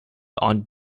aunt